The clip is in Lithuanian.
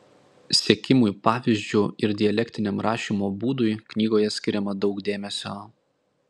sekimui pavyzdžiu ir dialektiniam rašymo būdui knygoje skiriama daug dėmesio